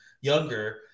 younger